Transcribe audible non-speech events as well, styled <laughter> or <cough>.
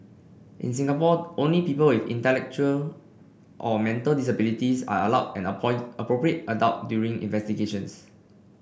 in Singapore only people with intellectual or mental disabilities are allowed an <unintelligible> appropriate adult during investigations